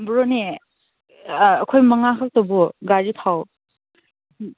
ꯕ꯭ꯔꯣꯅꯦ ꯑꯩꯈꯣꯏ ꯃꯉꯥꯈꯛꯇꯕꯨ ꯒꯥꯔꯤ ꯊꯥꯎ